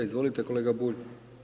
Izvolite kolega Bulj.